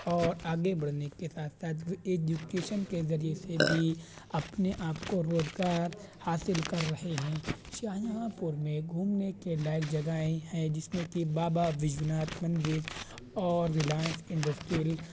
اور آگے بڑھنے کے ساتھ ساتھ وہ ایجوکیشن کے ذریعے سے بھی اپنے آپ کو روزگار حاصل کر رہے ہیں شاہجہاں پور میں گھومنے کے لائق جگہیں ہیں جس میں کہ بابا وشوناتھ مندر اور ریلائنس انڈسٹریل